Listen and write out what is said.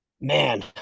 Man